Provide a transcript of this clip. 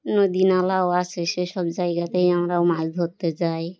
নদীনালাও আসে সে সব জায়গাতেই আমরাও মাছ ধরতে যাই